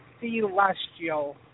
celestial